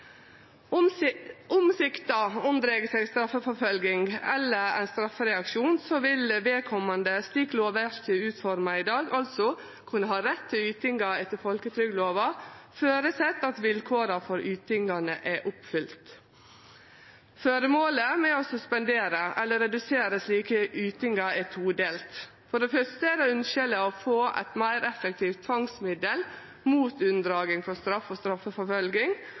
Om sikta unndreg seg straffeforfølging eller ein straffereaksjon, vil vedkomande, slik lovverket er utforma i dag, kunne ha rett til ytingar etter folketrygdlova så framt vilkåra for ytingane er oppfylte. Føremålet med å suspendere eller redusere slike ytingar er todelt. For det første er det ønskjeleg å få eit meir effektivt tvangsmiddel mot unndraging frå straff og straffeforfølging,